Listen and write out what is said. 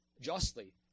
justly